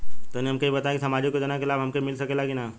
तनि हमके इ बताईं की सामाजिक योजना क लाभ हमके मिल सकेला की ना?